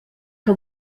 que